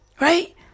right